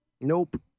Nope